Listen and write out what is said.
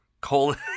colon